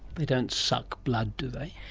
they don't suck blood do they?